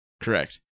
Correct